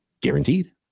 guaranteed